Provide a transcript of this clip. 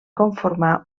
conformar